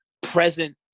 present